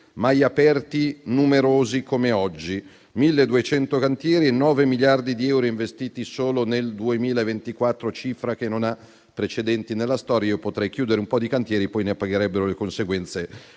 mai aperti numerosi come oggi: 1.200 cantieri e 9 miliardi di euro investiti solo nel 2024, cifra che non ha precedenti nella storia. Potrei chiudere un po' di cantieri, ma poi ne pagherebbero le conseguenze